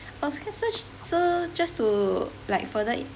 I'll so just to like further in~